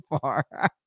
far